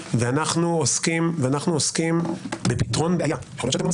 ואנחנו עוסקים בפתרון בעיה יכול להיות שאתם לא